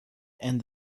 and